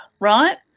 right